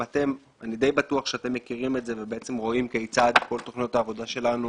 אני די בטוח שאתם מכירים את זה ובעצם רואים כיצד כל תוכניות העבודה שלנו